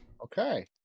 Okay